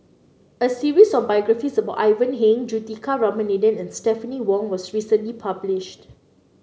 a series of biographies about Ivan Heng Juthika Ramanathan and Stephanie Wong was recently published